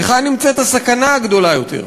היכן נמצאת הסכנה הגדולה יותר.